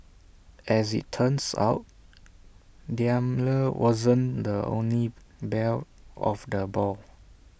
as IT turns out Daimler wasn't the only belle of the ball